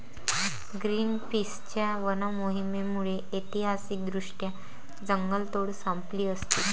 ग्रीनपीसच्या वन मोहिमेमुळे ऐतिहासिकदृष्ट्या जंगलतोड संपली असती